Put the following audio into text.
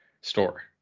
store